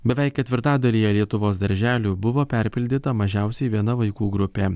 beveik ketvirtadalyje lietuvos darželių buvo perpildyta mažiausiai viena vaikų grupė